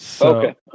Okay